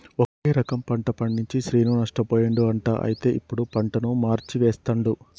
ఒకే రకం పంట పండించి శ్రీను నష్టపోయిండు అంట అయితే ఇప్పుడు పంటను మార్చి వేస్తండు